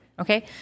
okay